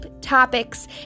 topics